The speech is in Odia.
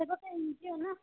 ସେ ଗୋଟେ ଏନ୍ ଜି ଓ ନା